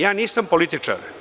Ja nisam političar.